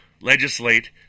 legislate